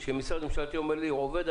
כשמשרד ממשלתי אומר לי שהוא עובד,